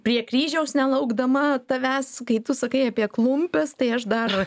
prie kryžiaus nelaukdama tavęs kai tu sakai apie klumpes tai aš dar